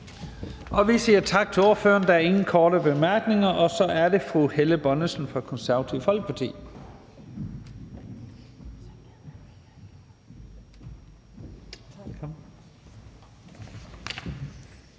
Vi siger tak til ordføreren. Der er ingen korte bemærkninger. Så er det fru Helle Bonnesen fra Det Konservative Folkeparti.